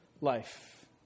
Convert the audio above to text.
life